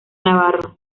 navarro